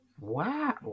Wow